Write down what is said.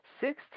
six